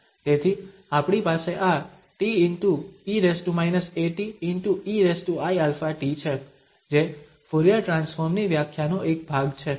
તેથી આપણી પાસે આ te−at eiαt છે જે ફુરીયર ટ્રાન્સફોર્મ ની વ્યાખ્યાનો એક ભાગ છે